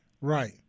Right